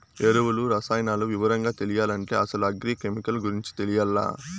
ఎరువులు, రసాయనాలు వివరంగా తెలియాలంటే అసలు అగ్రి కెమికల్ గురించి తెలియాల్ల